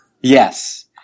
Yes